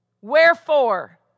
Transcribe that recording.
Wherefore